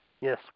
Yes